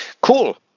Cool